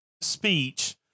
speech